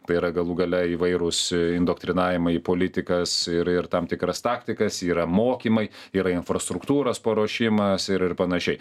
tai yra galų gale įvairūs indoktrinavimai į politikas ir ir tam tikras taktikas yra mokymai yra infrastruktūros paruošimas ir ir panašiai